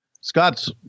Scott's